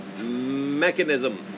mechanism